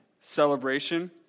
celebration